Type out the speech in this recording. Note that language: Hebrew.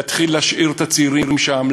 להתחיל להשאיר את הצעירים שם,